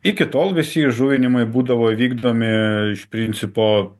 iki tol visi įžuvinimui būdavo įvykdomi iš principo